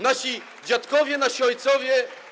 Nasi dziadkowie, nasi ojcowie.